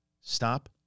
stop